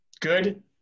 good